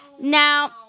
Now